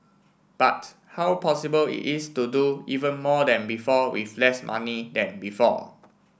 but how possible is it to do even more than before with less money than before